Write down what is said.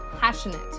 passionate